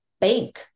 bank